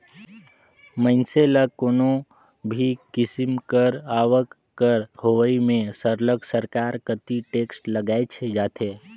मइनसे ल कोनो भी किसिम कर आवक कर होवई में सरलग सरकार कती टेक्स लगाएच जाथे